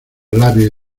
labios